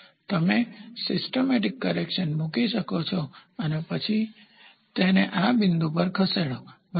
તમે systematic correction મૂકી શકો છો અને પછી તેને આ બિંદુ પર ખસેડો બરાબર